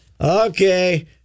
okay